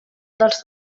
dels